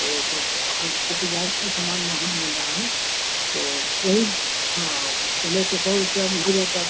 तो सब आप तो जानते हैं समान वहाँ मिल रहा है तो वही हाँ पहले तो सौ रुपया में हो जाता